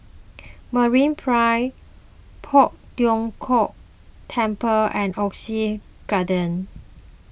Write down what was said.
MeraPrime Poh Tiong Kiong Temple and Oxley Garden